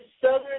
Southern